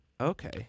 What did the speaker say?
okay